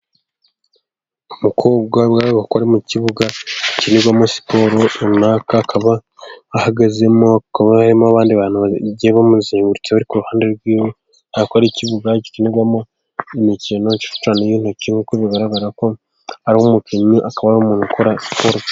Umukobwa, bariya bakora mu kibuga kirimo siporo runaka. Akaba ahagazemo. Hakaba harimo abandi bantu bamuzengurutse. Ariko ku ruhande ukora kubkibuga gikinirwamo imikino y'intoki. Nk'uko bigaragara ko ari umukinnyi, akaba ari umuntu ukora siporo cyane.